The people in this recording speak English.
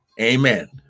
amen